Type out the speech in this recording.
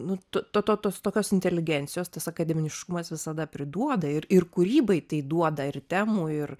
nu to to to tokios inteligencijos tas akademiniškumas visada priduoda ir ir kūrybai tai duoda ir temų ir